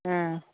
ஆ